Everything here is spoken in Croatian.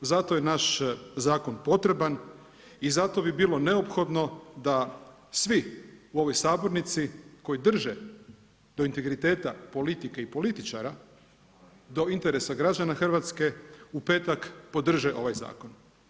Zato je naš zakon potreban i zato bi bilo neophodno da svi u ovoj sabornici koji drže do integriteta politike i političara do interesa građana Hrvatska u petak podrže ovaj zakon.